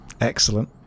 Excellent